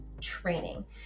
training